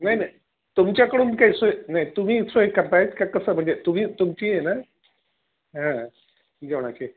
नाही नाही तुमच्याकडून काय सोय नाही तुम्ही सोय करत आहेत का कसं म्हणजे तुम्ही तुमची आहे ना हा जेवणाची